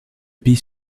pays